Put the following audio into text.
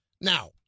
Now